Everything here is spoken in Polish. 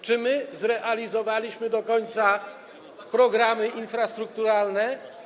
Czy my zrealizowaliśmy do końca programy infrastrukturalne?